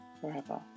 Forever